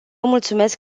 mulțumesc